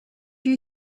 you